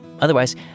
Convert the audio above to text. otherwise